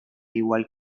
igual